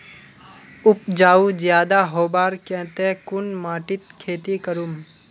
उपजाऊ ज्यादा होबार केते कुन माटित खेती करूम?